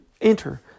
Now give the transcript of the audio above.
enter